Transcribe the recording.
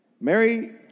Mary